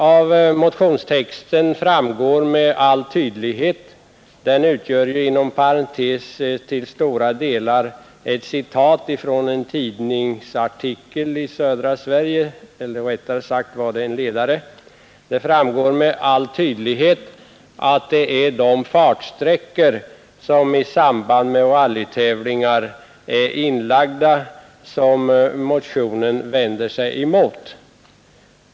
Av motionstexten — som inom parentes sagt till stora delar utgör citat från en ledare i en tidning i södra Sverige — framgår med all tydlighet att det är de fartsträckor som är inlagda i samband med rallytävlingar som motionen vänder sig emot.